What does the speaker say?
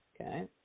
Okay